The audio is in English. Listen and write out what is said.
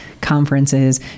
conferences